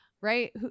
Right